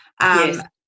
Yes